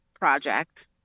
project